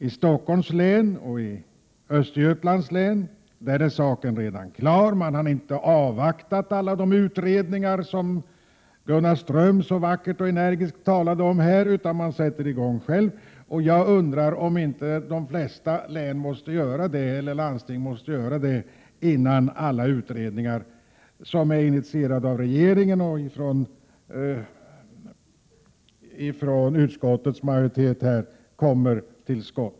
I Stockholms län och i Östergötlands län är saken redan klar. Man har där inte avvaktat alla de utredningar som Gunnar Ström talade så vackert och energiskt om här, utan man har satt i gång. Jag undrar om inte de flesta landsting måste göra det, innan alla de utredningar kommer till skott som är initierade av regeringen och utskottsmajoriteten.